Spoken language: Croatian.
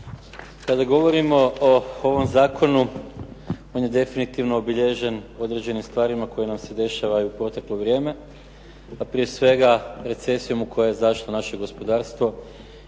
Kada govorimo o ovom zakonu on je definitivno obilježen određenim stvarima koje nam se dešavaju u proteklo vrijeme a prije svega recesijom u koju je zašlo naše gospodarstvo